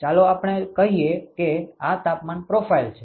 ચાલો આપણે કહીએ કે આ તાપમાન પ્રોફાઇલ છે